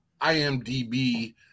imdb